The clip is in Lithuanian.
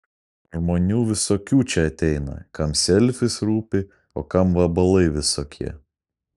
žmonių visokių čia ateina kam selfis rūpi o kam vabalai visokie